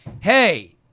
hey